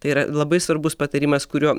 tai yra labai svarbus patarimas kurio